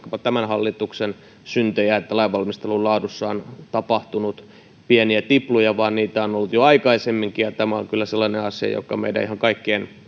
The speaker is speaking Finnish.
tämän hallituksen syntejä että lainvalmistelun laadussa on tapahtunut pieniä tipluja vaan niitä on ollut jo aikaisemminkin tämä on kyllä sellainen asia joka meidän ihan kaikkien